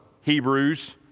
Hebrews